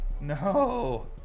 no